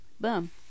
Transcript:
Boom